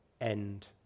end